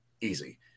easy